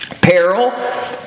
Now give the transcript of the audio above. peril